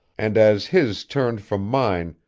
and as his turned from mine,